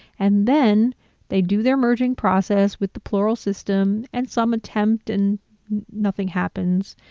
and then they do their merging process with the plural system and some attempt and nothing happens.